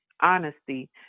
honesty